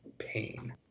pain